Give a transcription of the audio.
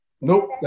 nope